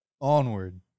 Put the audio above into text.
Onward